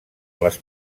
les